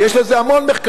ויש על זה המון מחקרים,